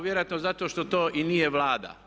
Vjerojatno zato što to i nije Vlada.